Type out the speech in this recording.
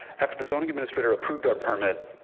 after the zoning administrator approved our permit,